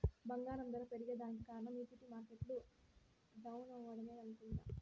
బంగారం దర పెరగేదానికి కారనం ఈక్విటీ మార్కెట్లు డౌనవ్వడమే అనుకుంట